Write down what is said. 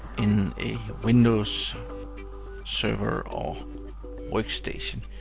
in a windows server or workstation.